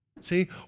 See